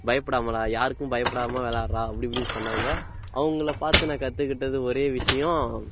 பயப்படாதடா யாருக்கும் பயப்படாமல் விளாட்றா அப்படி இப்படி சொன்னாங்க அவங்கள பார்த்து நான் கற்றுக்கிட்டது ஒரே விஷயம்